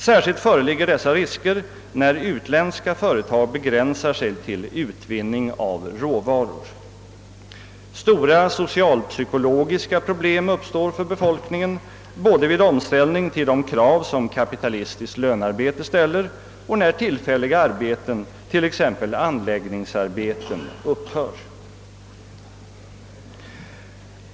Särskilt föreligger dessa risker när utländska företag begränsar sig till utvinning av råvaror. Stora socialpsykologiska problem uppstår för befolkningen både vid omställning till de krav som kapitalistiskt lönarbete ställer och när tillfälliga arbeten, t.ex. anläggningsarbeten, upphör.